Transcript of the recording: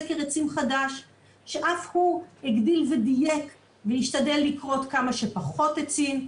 סקר עצים חדש שאף הוא הגדיל ודייק והשתדל לכרות כמה שפחות עצים,